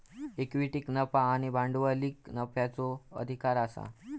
इक्विटीक नफा आणि भांडवली नफ्याचो अधिकार आसा